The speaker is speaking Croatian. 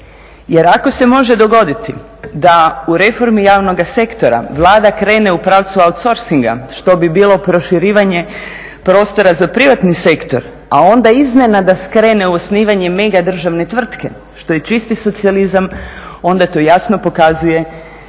Jer ako se može dogoditi da u reformi javnoga sektora Vlada krene u pravcu outsourcinga što bi bilo proširivanje prostora za privatni sektor, a onda iznenada skrene u osnivanje mega državne tvrtke što je čisti socijalizam, onda to jasno pokazuje da